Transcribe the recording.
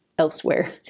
elsewhere